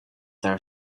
their